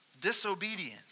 disobedient